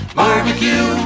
barbecue